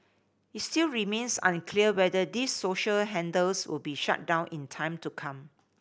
it still remains unclear whether these social handles will be shut down in time to come